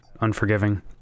unforgiving